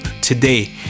today